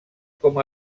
com